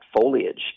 foliage